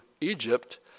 Egypt